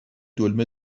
دلمه